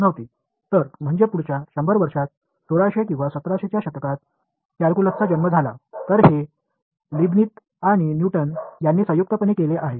எனவே அடுத்த 100 ஆண்டுகளில் சுமார் 1600 அல்லது 1700 களில் அது கால்குலஸ் லீப்னிஸ் மற்றும் நியூட்டன் ஆல் கூட்டாக கண்டுபிடிக்கப்பட்டது